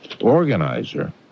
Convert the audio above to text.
organizer